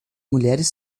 mulheres